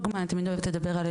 אז אני לא יודעת אם מישהו יודע,